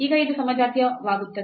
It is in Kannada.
ಈಗ ಇದು ಸಮಜಾತೀಯ ವಾಗುತ್ತದೆ